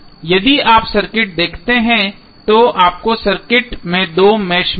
यदि आप सर्किट देखते हैं तो आपको सर्किट में दो मेष मिलेंगे